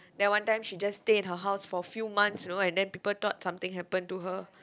then one time she just stay in her house for few months you know and then people thought something happened to her